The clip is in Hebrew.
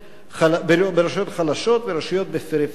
חלשות ורשויות בפריפריה,